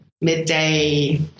midday